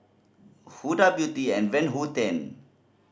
Huda Beauty and Van Houten